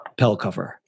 Pellcover